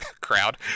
crowd